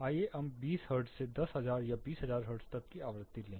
आइए हम 20 हर्ट्ज से 10000 या 20000 हर्ट्ज तक एक आवृत्ति लें